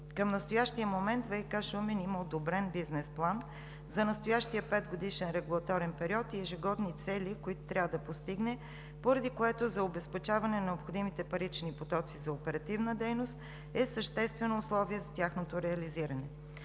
Към настоящия момент ВиК – Шумен, има одобрен бизнес план за настоящия петгодишен регулаторен период и ежегодни цели, които трябва да постигне, поради което обезпечаването на необходимите парични потоци за оперативна дейност е съществено условие за тяхното реализиране.